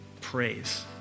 praise